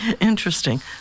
Interesting